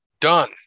Done